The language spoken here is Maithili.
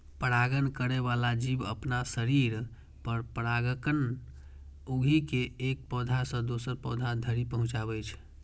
परागण करै बला जीव अपना शरीर पर परागकण उघि के एक पौधा सं दोसर पौधा धरि पहुंचाबै छै